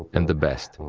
and the best.